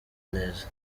neza